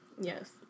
yes